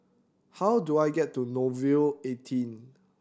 how do I get to Nouvel eighteen